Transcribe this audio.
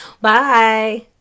Bye